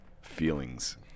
feelings